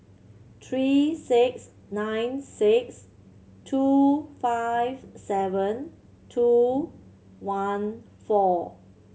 three six nine six two five seven two one four